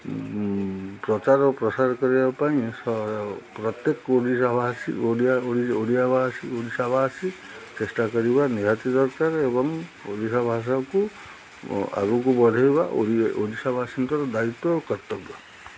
ପ୍ରଚାର ଓ ପ୍ରସାର କରିବା ପାଇଁ ସ ପ୍ରତ୍ୟେକ ଓଡ଼ିଶାବାସୀ ଓଡ଼ିଆ ଭାଷୀ ଓଡ଼ିଶାବାସୀ ଚେଷ୍ଟା କରିବା ନିହାତି ଦରକାର ଏବଂ ଓଡ଼ିଶା ଭାଷାକୁ ଆଗକୁ ବଢ଼େଇବା ଓ ଓଡ଼ିଶାବାସୀଙ୍କର ଦାୟିତ୍ୱ ଓ କର୍ତ୍ତବ୍ୟ